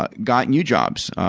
got got new jobs.